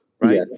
right